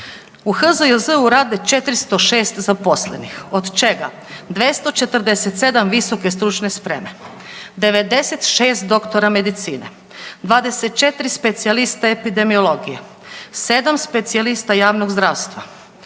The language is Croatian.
U HZJZ-u rade 406 zaposlenih od čega 247 VSS, 96 doktora medicine, 24 specijalista epidemiologije, 7 specijalista javnog zdravstva,